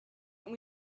and